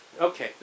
Okay